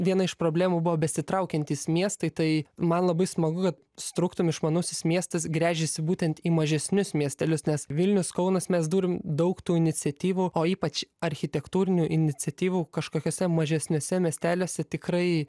viena iš problemų buvo besitraukiantys miestai tai man labai smagu kad struktum išmanusis miestas gręžėsi būtent į mažesnius miestelius nes vilnius kaunas mes turim daug tų iniciatyvų o ypač architektūrinių iniciatyvų kažkokiuose mažesniuose miesteliuose tikrai